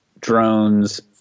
drones